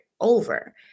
over